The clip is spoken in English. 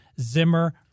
Zimmer